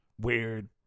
weird